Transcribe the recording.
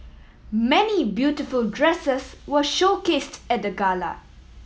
many beautiful dresses were showcased at the gala